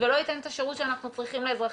ולא ייתן את השירות שאנחנו צריכים לאזרחים,